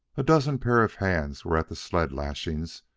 a dozen pairs of hands were at the sled-lashings,